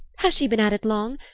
has she been at it long?